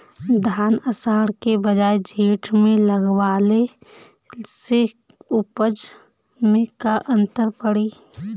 धान आषाढ़ के बजाय जेठ में लगावले से उपज में का अन्तर पड़ी?